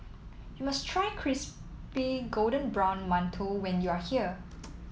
you must try Crispy Golden Brown Mantou when you are here